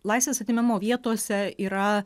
laisvės atėmimo vietose yra